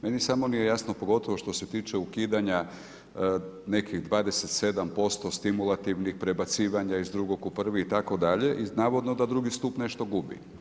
Meni samo nije jasno pogotovo što se tiče ukidanja nekih 27% stimulativnih prebacivanja iz drugog u prvi itd., ii navodno da II. stup nešto gubi.